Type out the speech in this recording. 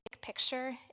picture